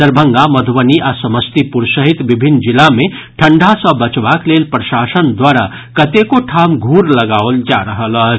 दरभंगा मधुबनी आ समस्तीपुर सहित विभिन्न जिला मे ठंडा सॅ बचवाक लेल प्रशासन द्वारा कतेको ठाम घूर लगाओल जा रहल अछि